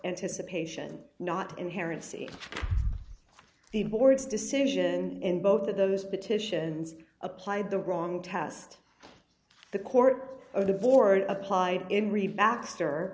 anticipation not inherent see the board's decision and both of those petitions applied the wrong test the court or the board applied in re baxter